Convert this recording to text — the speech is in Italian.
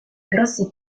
grosse